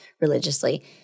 religiously